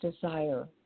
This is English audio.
desire